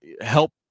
help